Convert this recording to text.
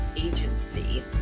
Agency